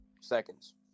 seconds